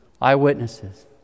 Eyewitnesses